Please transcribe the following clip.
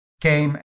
came